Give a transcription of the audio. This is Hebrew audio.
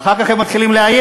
ואחר כך הם מתחילים לאיים,